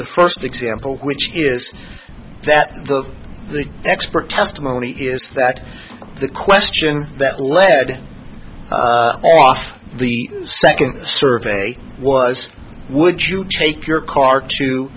the first example which is that the expert testimony is that the question that led to the second survey was would you take your car to